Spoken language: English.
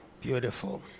Beautiful